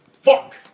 Fuck